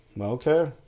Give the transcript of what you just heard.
Okay